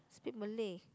speak Malay